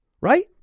right